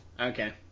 okay